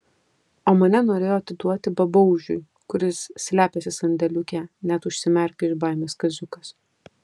o mane norėjo atiduoti babaužiui kuris slepiasi sandėliuke net užsimerkė iš baimės kaziukas